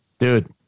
dude